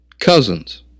Cousins